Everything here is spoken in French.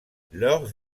lors